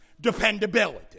dependability